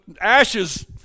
ashes